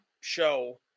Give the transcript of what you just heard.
show